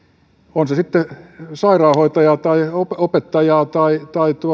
on se sitten sairaanhoitajaa tai opettajaa tai